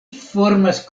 formas